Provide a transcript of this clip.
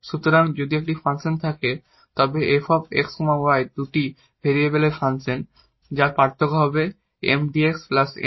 সুতরাং যদি একটি ফাংশন থাকে তবে এই f x y দুটি ভেরিয়েবলের ফাংশন যার পার্থক্য হবে Mdx Ndy